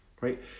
right